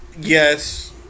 Yes